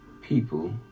people